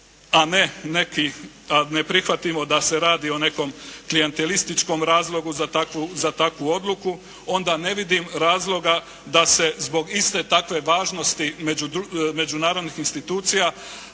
ne prihvatimo da se radi o nekom klijentelističkom razlogu za takvu odluku onda ne vidim razloga da se zbog iste takve važnosti međunarodnih institucija